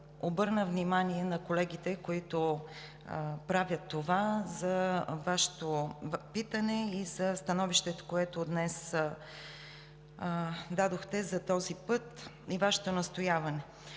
обърна внимание на колегите, които правят това, за Вашето питане и за становището, което днес дадохте за този път и Вашето настояване.